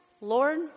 Lord